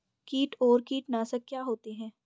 कीट और कीटनाशक क्या होते हैं?